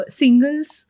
singles